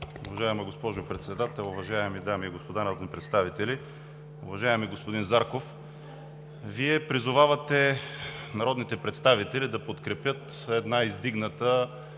Уважаема госпожо Председател, уважаеми дами и господа народни представители! Уважаеми господин Зарков, Вие призовавате народните представители да подкрепят една издигната